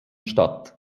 statt